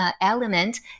element